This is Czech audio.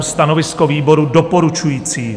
Stanovisko výboru: doporučující.